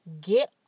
Get